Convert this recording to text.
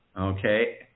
Okay